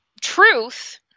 truth